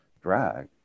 drag